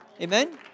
Amen